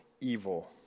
evil